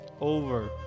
over